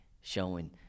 showing